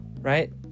right